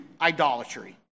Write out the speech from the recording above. idolatry